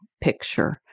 picture